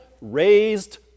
raised